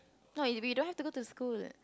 not if we don't have to go to school